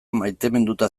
maiteminduta